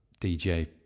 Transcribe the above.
DJ